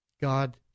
God